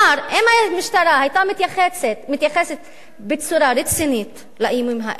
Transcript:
אם המשטרה היתה מתייחסת בצורה רצינית לאיומים האלה,